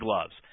gloves